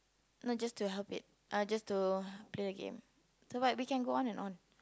not just to help it uh just to play the game so what we can go on and on